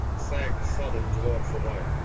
sagged sodden towards the rhine.